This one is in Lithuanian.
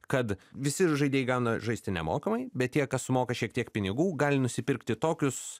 kad visi žaidėjai gauna žaisti nemokamai bet tie kas sumoka šiek tiek pinigų gali nusipirkti tokius